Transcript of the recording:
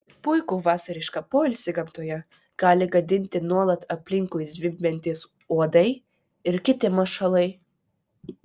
puikų vasarišką poilsį gamtoje gali gadinti nuolat aplinkui zvimbiantys uodai ir kiti mašalai